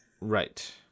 Right